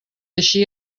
així